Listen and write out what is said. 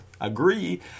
Agree